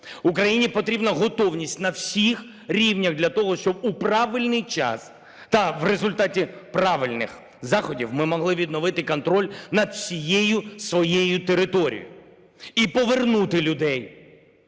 Україні потрібна готовність на всіх рівнях для того, щоб у правильний час та в результаті правильних заходів ми могли відновити контроль над всією своєю територією і повернути людей,